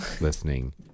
listening